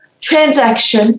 transaction